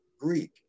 Greek